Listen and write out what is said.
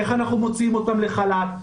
איך אנחנו מוציאים אותם לחל"ת,